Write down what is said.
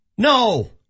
No